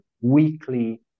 weekly